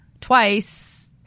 twice